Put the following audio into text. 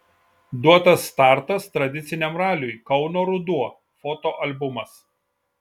duotas startas tradiciniam raliui kauno ruduo fotoalbumas